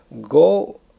go